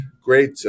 great